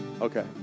Okay